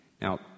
Now